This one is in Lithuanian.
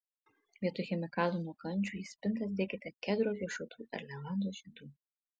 vietoj chemikalų nuo kandžių į spintas dėkite kedro riešutų ar levandos žiedų